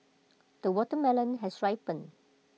the watermelon has ripened